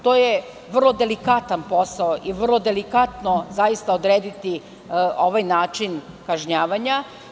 To je vrlo delikatan posao i vrlo delikatno je odrediti ovaj način kažnjavanja.